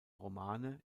romane